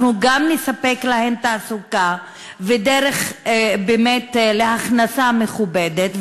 אנחנו גם נספק להן תעסוקה ודרך להכנסה מכובדת,